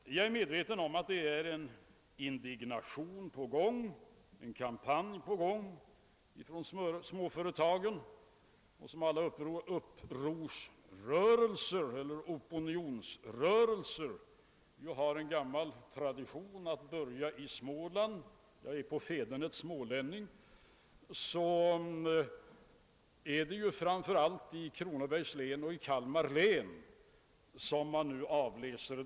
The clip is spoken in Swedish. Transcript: Men jag är medveten om att en indignationskampanj är på gång från småföretagen, och som alla opinionsrörelser har en gammal tradition att börja i Småland — själv är jag på fädernet smålänning — är det framför allt i Kronobergs och Kalmar län som detta kan utläsas.